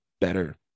better